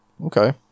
okay